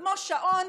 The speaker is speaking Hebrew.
כמו שעון,